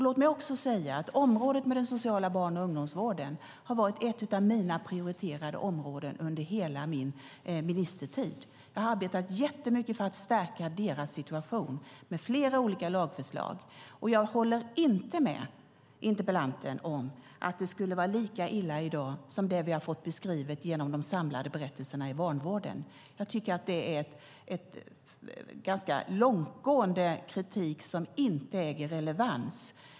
Låt mig också säga att den sociala barn och ungdomsvården har varit ett av mina prioriterade områden under hela min ministertid. Jag har arbetat jättemycket för att stärka deras situation med flera olika lagförslag. Jag håller inte med interpellanten om att det skulle vara lika illa i dag som det vi har fått beskrivet genom de samlade berättelserna i vanvården. Jag tycker att det är en långtgående kritik som inte äger relevans.